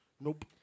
Nope